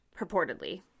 Purportedly